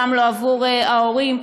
גם לא עבור ההורים.